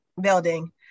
building